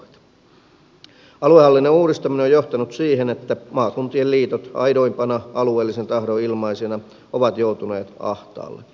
aluehallinnon uudistaminen on johtanut siihen että maakuntien liitot aidoimpana alueellisen tahdon ilmaisijana ovat joutuneet ahtaalle